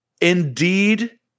Indeed